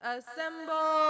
Assemble